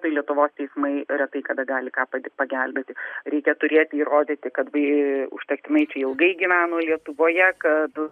lietuvos teismai retai kada gali ką padė pagelbėti reikia turėti įrodyti kad jie užtektinai čia ilgai gyveno lietuvoje kad